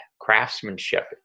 craftsmanship